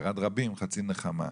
צרת רבים חצי נחמה.